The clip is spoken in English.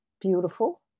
beautiful